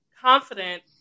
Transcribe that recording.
confident